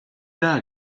даа